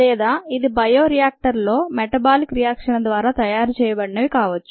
లేదా ఇది bioreactor లో మెటబాలిక్ రియాక్షన్ ద్వారా తయారు చేయబడిన వి కావచ్చు